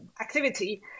activity